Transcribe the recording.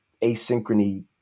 asynchrony